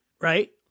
Right